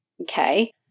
Okay